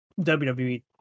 wwe